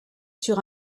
sur